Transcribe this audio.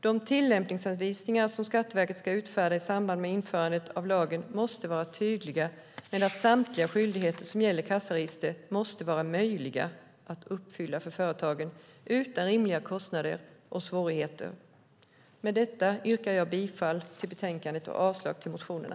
De tillämpningsanvisningar som Skatteverket ska utfärda i samband med införandet av lagen måste vara tydliga med att samtliga skyldigheter som gäller kassaregister ska vara möjliga att uppfylla för företagarna utan orimliga kostnader och svårigheter. Med detta yrkar jag bifall till förslaget i betänkandet och avslag på motionerna.